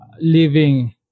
living